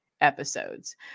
episodes